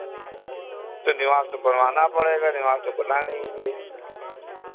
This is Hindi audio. तो निवास तो बनवाना पड़ेगा निवास तो बना नहीं है